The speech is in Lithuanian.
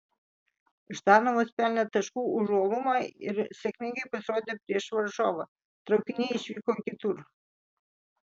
ždanovas pelnė taškų už uolumą ir sėkmingai pasirodė prieš varžovą traukiniai išvyko kitur